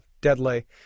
deadly